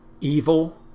evil